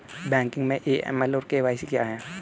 Banking में AML और KYC क्या हैं?